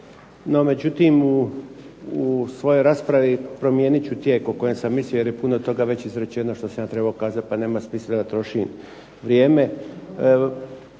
međutim, u svojoj raspravi promijenit ću tijek o kojem sam mislio jer je puno toga već izrečeno što sam ja trebao kazati, pa nema smisla da trošim vrijeme.